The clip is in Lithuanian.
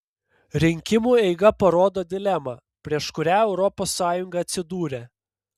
rinkimų eiga parodo dilemą prieš kurią europos sąjunga atsidūrė